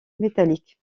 métalliques